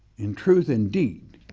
in truth and deed,